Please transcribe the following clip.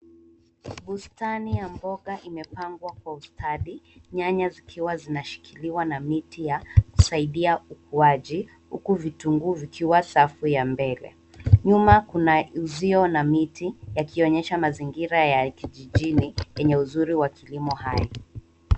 Bustani ya mboga imepangwa kwa ustadi. Nyanya zikiwa zinashikiliwa na miti ya kusaidia ukuaji huku vitunguu vikiwa safi ya mbele. Nyuma kuna uzio na miti yakionyesha mazingira ya kijijini yenye uzuri wa kilimo hai.